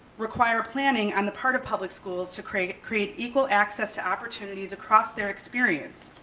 require planning on the part of public schools to create create equal access to opportunities across their experience.